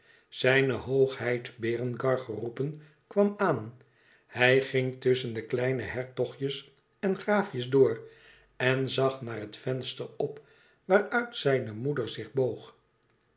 zijne hoogheid berengar geroepen kwam aan hij ging tusschen de kleine hertogjes en graafjes door en zag naar het venster op waaruit zijne moeder zich boog